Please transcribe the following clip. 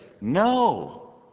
No